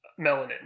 melanin